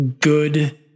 good